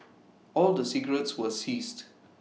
all the cigarettes were seized